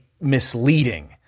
misleading